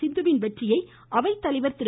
சிந்துவின் வெற்றியை அவைத்தலைவா் திரு